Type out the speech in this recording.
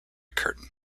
curtin